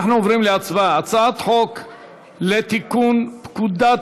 אנחנו עוברים להצבעה: הצעת חוק לתיקון פקודת